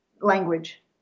language